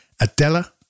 Adela